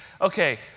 okay